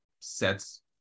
sets